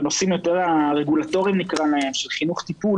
בנושאים הרגולטוריים של חינוך טיפול